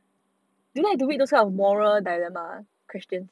you know the widow's kind of moral dilemma christians